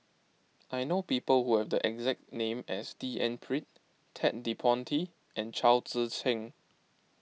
I know people who have the exact name as D N Pritt Ted De Ponti and Chao Tzee Cheng